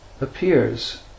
appears